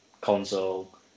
console